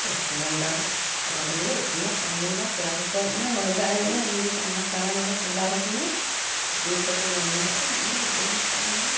gas cylinder ᱠᱚᱱᱚᱫᱤᱱᱞᱮ ᱤᱥᱤᱱᱟ ᱠᱚᱱᱚᱫᱤᱱ ᱵᱟᱝ ᱯᱮᱲᱟ ᱠᱚᱠᱚ ᱦᱮᱡᱱᱟ ᱦᱚᱭᱫᱟᱜ ᱦᱮᱡᱱᱟ ᱩᱱᱡᱚᱠᱷᱟᱱ ᱢᱟ ᱪᱟᱬᱮ ᱢᱟᱲᱮ ᱪᱚᱸᱫᱟ ᱦᱚᱫ ᱢᱮ ᱤᱥᱤᱱ ᱠᱟᱛᱮᱜ ᱡᱚᱢ ᱧᱩ ᱠᱟᱛᱮᱜ ᱩᱱᱤ ᱞᱮ ᱵᱤᱫᱟᱹᱭ ᱜᱚᱫ ᱠᱟᱫᱮᱜᱮ